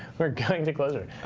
we're going to closure.